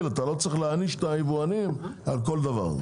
אתה לא צריך להעניש את היבואנים על כל דבר.